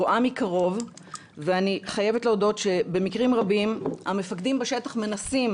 רואה מקרוב ואני חייבת להודות שבמקרים רבים המפקדים בשטח מנסים